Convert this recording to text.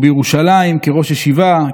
ובירושלים ראש ישיבה,